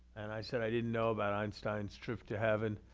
and i said i didn't know about einstein's trip to heaven.